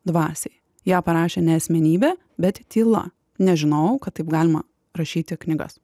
dvasiai ją parašė ne asmenybė bet tyla nežinojau kad taip galima rašyti knygas